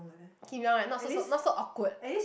Kim Yong ah not so so not so awkward